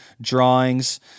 drawings